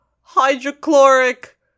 hydrochloric